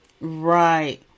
right